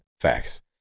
facts